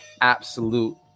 absolute